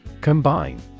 Combine